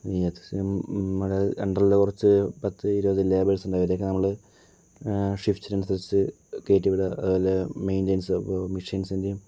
ഈ അത്യാവശ്യം നമ്മുടെ അണ്ടറില് കുറച്ച് പത്ത് ഇരുപതു ലേബേഴ്സ് ഉണ്ട് അവരെ ഒക്കെ നമ്മള് ഷിഫ്റ്റിന് അനുസരിച്ച് കയറ്റി വിടുക അത് പോലെ മെയിൻറ്റെയിൻസ് ഇപ്പോൾ മിഷ്യൻസിൻറ്റെയും